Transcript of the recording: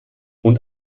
und